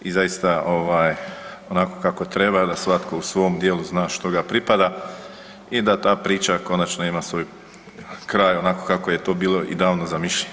I zaista ovaj onako kako treba da svatko u svom dijelu zna što ga pripada i da ta priča konačno ima svoj kraj onako kako je to bilo i davno zamišljeno.